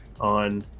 on